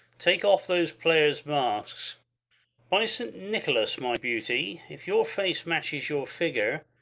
take off those players' masks by st. nicholas, my beauty, if your face matches your figure,